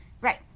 right